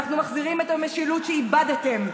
אנחנו מחזירים את המשילות שאיבדתם,